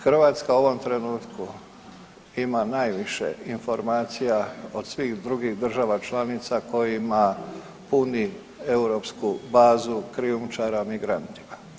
Hrvatska u ovom trenutku ima najviše informacija od svih drugih država članica kojima puni europsku bazu krijumčara migrantima.